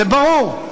זה ברור.